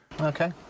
okay